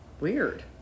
weird